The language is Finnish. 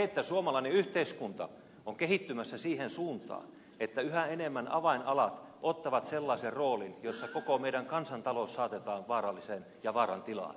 mutta suomalainen yhteiskunta on kehittymässä siihen suuntaan että yhä enemmän avainalat ottavat sellaisen roolin jossa koko meidän kansantaloutemme saatetaan vaaralliseen ja vaaran tilaan